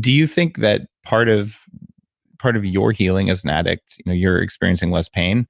do you think that part of part of your healing as an addict, you know, you're experiencing less pain